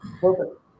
Perfect